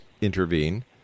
intervene